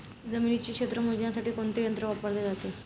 जमिनीचे क्षेत्र मोजण्यासाठी कोणते यंत्र वापरले जाते?